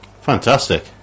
Fantastic